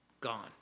gone